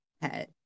head